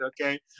okay